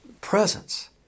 presence